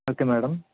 okay madam